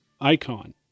icon